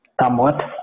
somewhat